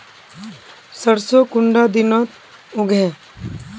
सरसों कुंडा दिनोत उगैहे?